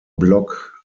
block